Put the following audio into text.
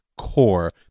CORE